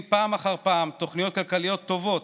פעם אחר פעם תוכניות כלכליות טובות,